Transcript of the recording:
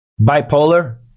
Bipolar